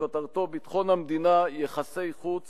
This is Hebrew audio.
שכותרתו "ביטחון המדינה, יחסי חוץ